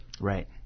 Right